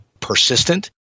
persistent